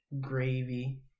gravy